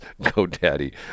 GoDaddy